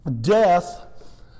death